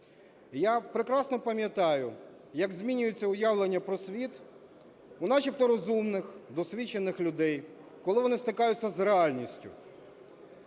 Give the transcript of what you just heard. я прекрасно пам'ятаю, як змінюється уявлення про світ у начебто розумних, досвідчених людей, коли вони стикаються з реальністю.